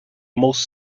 most